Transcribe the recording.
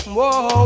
Whoa